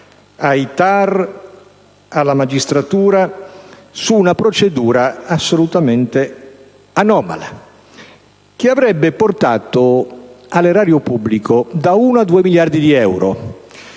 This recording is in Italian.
ai TAR e alla magistratura su una procedura assolutamente anomala. L'asta avrebbe portato all'erario pubblico da uno a due miliardi di euro.